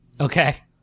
Okay